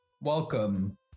Welcome